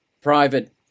private